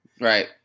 Right